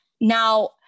Now